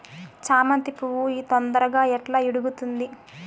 చామంతి పువ్వు తొందరగా ఎట్లా ఇడుగుతుంది?